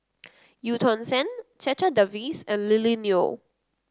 Eu Tong Sen Checha Davies and Lily Neo